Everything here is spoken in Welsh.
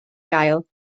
gael